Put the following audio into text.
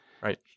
right